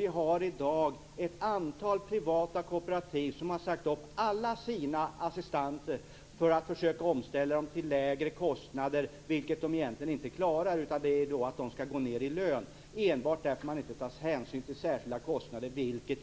I dag finns ett antal privata kooperativ som har sagt upp alla sina assistenter för att försöka ställa om till lägre kostnader, vilket de egentligen inte klarar utan som kommer att innebär att assistenterna får lägre lön. Detta sker enbart därför att man inte tar hänsyn till särskilda kostnader, som